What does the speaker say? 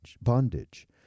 bondage